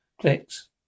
Clicks